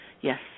Yes